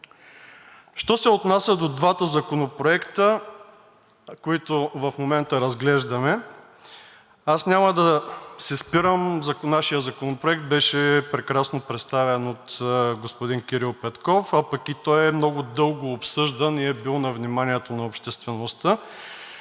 Що се отнася до двата законопроекта, които в момента разглеждаме, няма да се спирам, нашият Законопроект беше прекрасно представен от господин Кирил Петков, а пък и той е много дълго обсъждан и е бил на вниманието на обществеността.